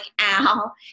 Al